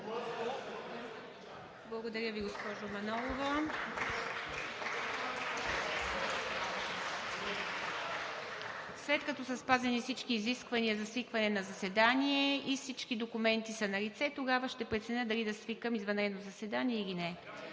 Благодаря Ви, госпожо Манолова. След като са спазени всички изисквания за свикване на заседание и всички документи са налице, тогава ще преценя дали да свикам извънредно заседание или не.